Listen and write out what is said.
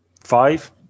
five